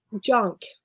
junk